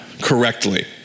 correctly